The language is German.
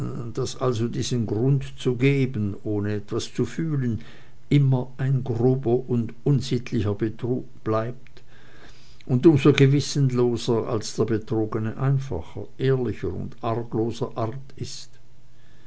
daß also diesen grund zu geben ohne etwas zu fühlen immer ein grober und unsittlicher betrug bleibt und um so gewissenloser als der betrogene einfacher ehrlicher und argloser art ist